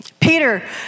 Peter